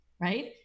right